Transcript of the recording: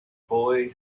boy